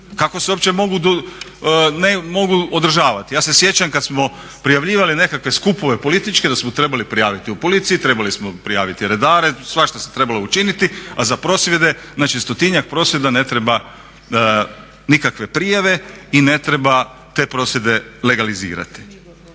kako se opće mogu održavati? Ja se sjećam kad smo prijavljivali nekakve skupove političke da smo trebali prijaviti u policiji, trebali smo prijaviti redare, svašta se trebalo učiniti, a za prosvjede, znači stotinjak prosvjeda ne treba nikakve prijave i ne treba te prosvjede legalizirati.